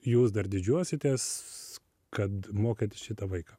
jūs dar didžiuositės kad mokėt šitą vaiką